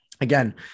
again